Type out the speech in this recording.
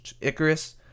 Icarus